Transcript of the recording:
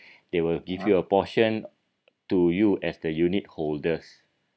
they will give you a portion to you as the unit holders